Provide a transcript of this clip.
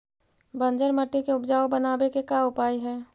बंजर मट्टी के उपजाऊ बनाबे के का उपाय है?